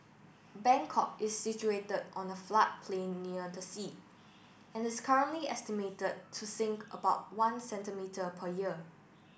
Bangkok is situated on a floodplain near the sea and is currently estimated to sink about one centimetre per year